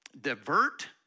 divert